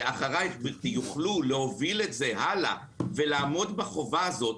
יוכלו להוביל את זה הלאה ולעמוד בחובה הזאת,